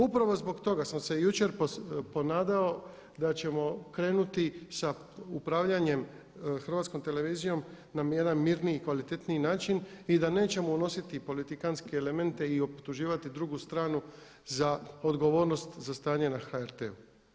Upravo zbog toga sam se jučer ponadao da ćemo krenuti sa upravljanjem HRT-om na jedan mirniji, kvalitetniji način i da nećemo unositi politikanske elemente i optuživati drugu stranu za odgovornost za stanje na HRT-u.